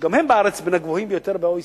שגם הם בארץ בין הגבוהים ביותר ב-OECD.